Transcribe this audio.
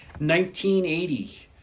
1980